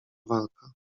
walka